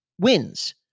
wins